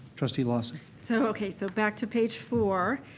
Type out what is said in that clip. trustee lawson. so okay so back to page four,